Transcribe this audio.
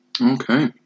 Okay